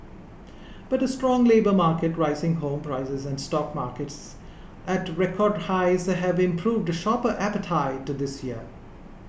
but a strong labour market rising home prices and stock markets at record highs have improved shopper appetite this year